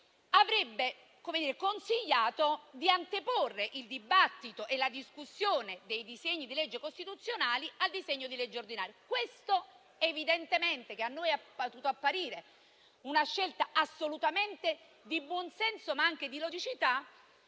avrebbero consigliato di anteporre il dibattito e la discussione dei disegni di legge costituzionali al disegno di legge ordinario. Questa, che a noi è apparsa come una scelta assolutamente di buon senso, ma anche logica,